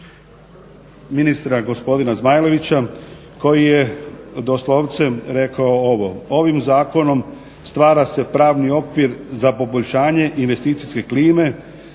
ministra gospodina Zmajlovića koji je doslovce rekao ovo: Ovim zakonom stvara se pravni okvir za poboljšanje investicijske klime,